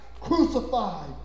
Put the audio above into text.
crucified